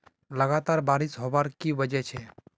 लगातार बारिश होबार की वजह छे?